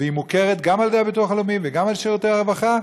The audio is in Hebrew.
והיא מוכרת גם על ידי הביטוח לאומי וגם על ידי שירותי הרווחה,